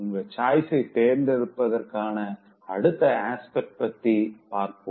உங்க choiceஐ தேர்ந்தெடுப்பதற்கான அடுத்த அஸ்பெக்ட் பத்தி பார்ப்போம்